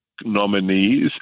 nominees